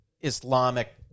Islamic